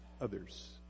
others